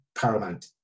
paramount